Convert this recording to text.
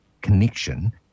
connection